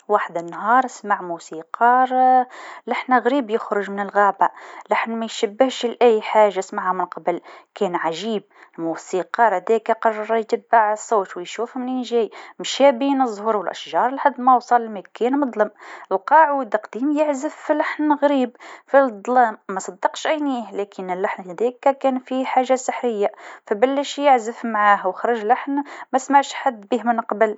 فما نهار موسيقار سمع لحن غريب يخرج مالغابه ، لحن ما يشبهش لأي حاجه سمعها من قبل، كان عجيب، الموسيقار هذاكا قرر يتبع الصوت ويشوف منين جاي مشا بين الزهور و الأشجارلوين ما وصل لمكان مظلم، لقا عود قديم يعزف في لحن غريب في الظلام، ما صدقش عينيه لكن اللحن هذاكا كان فيه حاجه سحريه بدا يعزف معاه و خرج لحن ما سمعش بيه حد من قبل.